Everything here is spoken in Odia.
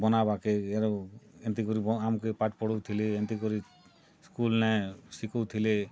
ବନାବାକେ ଆରୁ ଏନ୍ତି କରି ଆମକେ ପାଠ୍ ପଢାଉଥିଲେ ଏନ୍ତିକରି ସ୍କୁଲ୍ନେ ଶିଖାଉଥିଲେ